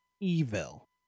evil